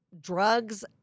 drugs